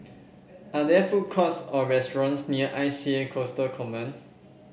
are there food courts or restaurants near I C A Coastal Command